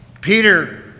Peter